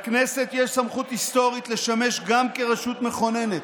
לכנסת יש סמכות היסטורית לשמש גם כרשות מכוננת,